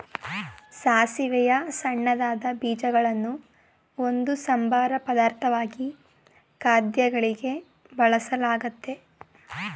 ಸಾಸಿವೆಯ ಸಣ್ಣದಾದ ಬೀಜಗಳನ್ನು ಒಂದು ಸಂಬಾರ ಪದಾರ್ಥವಾಗಿ ಖಾದ್ಯಗಳಿಗೆ ಬಳಸಲಾಗ್ತದೆ